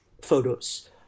photos